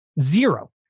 Zero